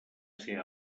ser